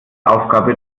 aufgabe